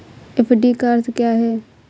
FD का अर्थ क्या है?